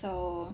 so